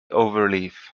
overleaf